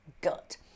gut